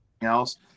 else